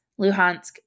Luhansk